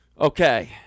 Okay